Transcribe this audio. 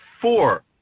four